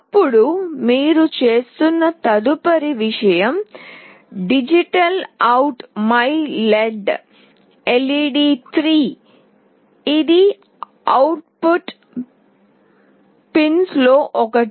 అప్పుడు మీరు చేస్తున్న తదుపరి విషయం DigitalOut myLED ఇది అవుట్పుట్ పిన్స్లో ఒకటి